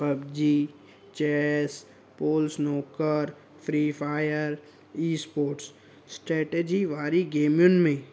PUBG chess pool snooker free fire e sports strategy वारी गेमियुनि में